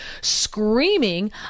screaming